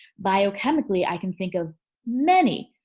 biochemically i can think of many.